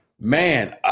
man